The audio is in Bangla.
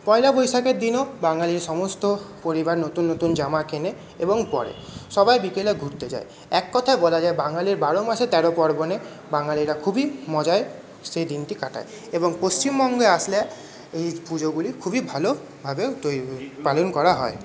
পয়লা বৈশাখের দিনও বাঙালির সমস্ত পরিবার নতুন নতুন জামা কেনে এবং পরে সবাই বিকেলে ঘুরতে যায় এককথায় বলা যায় বাঙালির বারো মাসে তেরো পার্বণে বাঙালিরা খুবই মজায় সেই দিনটি কাটায় এবং পশ্চিমবঙ্গে আসলে এই পুজোগুলি খুবই ভালোভাবেও পালন করা হয়